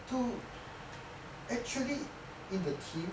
two actually in the team